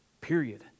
period